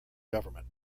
government